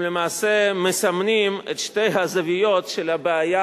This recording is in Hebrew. למעשה הם מסמנים את שתי הזוויות של הבעיה